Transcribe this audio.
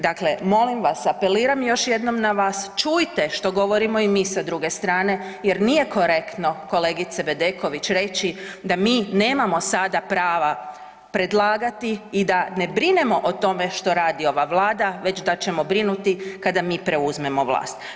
Dakle, molim vas apeliram još jednom na vas, čujte što govorimo i mi sa druge strane jer nije korektno kolegice Bedeković reći da mi nemamo sada prava predlagati i da ne brinemo o tome što radi ova Vlada već da ćemo brinuti kada mi preuzmemo vlast.